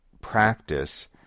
practice